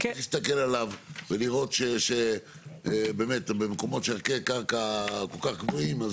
וצריך להסתכל עליו ולראות שבאמת במקומות שבהם ערכי הקרקע כל כך גבוהים,